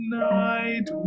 night